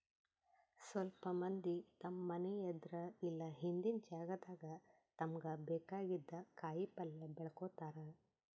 ಸ್ವಲ್ಪ್ ಮಂದಿ ತಮ್ಮ್ ಮನಿ ಎದ್ರ್ ಇಲ್ಲ ಹಿಂದಿನ್ ಜಾಗಾದಾಗ ತಮ್ಗ್ ಬೇಕಾಗಿದ್ದ್ ಕಾಯಿಪಲ್ಯ ಬೆಳ್ಕೋತಾರ್